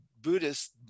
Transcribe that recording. buddhist